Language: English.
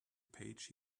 page